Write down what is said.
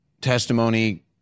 testimony